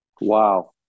Wow